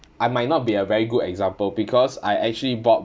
I might not be a very good example because I actually bought